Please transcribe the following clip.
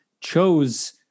chose